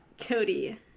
Cody